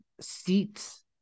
seats